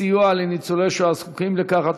סיוע לניצולי שואה הזקוקים לכך),